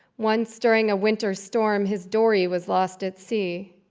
once, during a winter storm, his dory was lost at sea.